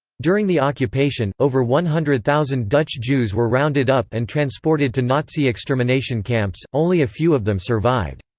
during the occupation, over one hundred thousand dutch jews were rounded up and transported to nazi extermination camps only a few of them survived.